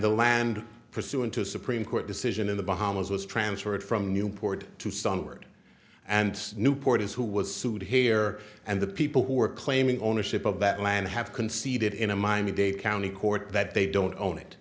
the land pursuant to a supreme court decision in the bahamas was transferred from newport to summered and newport is who was sued here and the people who are claiming ownership of that land have conceded in a miami dade county court that they don't own it